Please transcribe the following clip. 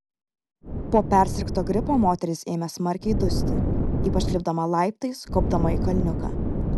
po persirgto gripo moteris ėmė smarkiai dusti ypač lipdama laiptais kopdama į kalniuką